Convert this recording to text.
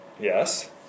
Yes